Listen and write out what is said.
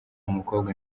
mukobwa